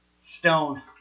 stone